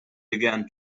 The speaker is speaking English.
began